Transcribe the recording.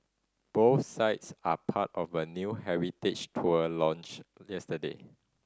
both sites are part of a new heritage tour launched yesterday